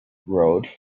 road